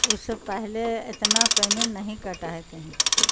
اس سے پہلے اتنا پیمنٹ نہیں کٹ ہے کہیں